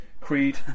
Creed